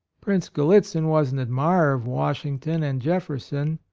prince gallitzin was an admirer of washington and jefferson,